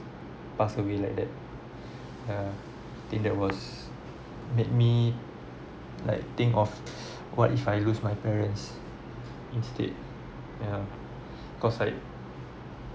passed away like that yeah think that was made me like think of what if I lose my parents instead yeah because like